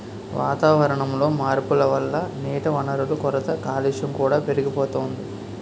వాతావరణంలో మార్పుల వల్ల నీటివనరుల కొరత, కాలుష్యం కూడా పెరిగిపోతోంది